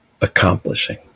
accomplishing